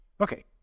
Okay